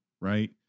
Right